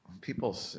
people